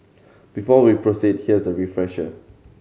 before we proceed here is a refresher